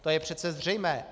To je přece zřejmé.